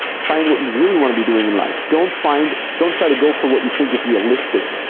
find what you really wanna be doing in life. don't find, don't try to go for what you think is realistic.